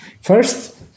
first